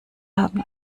haben